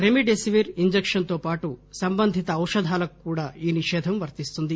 remdesivir injection తో పాటు సంబంధిత ఔషధాలకు కూడా ఈ నిషేధం వర్తిస్తుంది